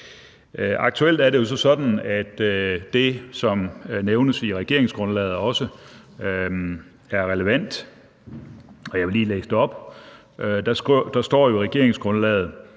Aktuelt er det jo sådan, at det, som nævnes i regeringsgrundlaget, også er relevant, og jeg vil lige læse det op. Der står i regeringsgrundlaget: